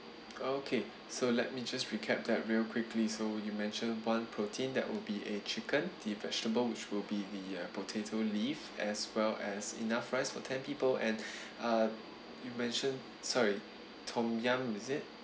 okay so let me just recap that real quickly so you mentioned one protein that would be a chicken the vegetable which will be the uh potato leaves as well as enough rice for ten people and uh you mentioned sorry tom yum is it